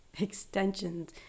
extensions